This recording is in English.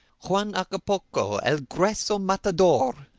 juan hagapoco, el grueso matador!